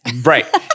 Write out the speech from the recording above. Right